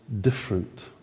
different